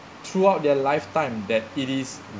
throughout their lifetime that it is